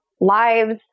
lives